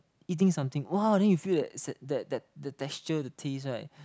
eating something !wah! then you feel that that that that the texture of the taste right